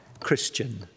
Christian